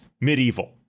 medieval